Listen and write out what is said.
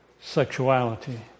sexuality